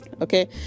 Okay